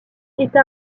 est